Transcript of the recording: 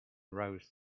rows